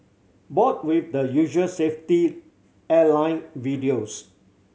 bored with the usual safety airline videos